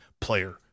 player